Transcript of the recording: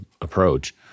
approach